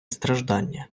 страждання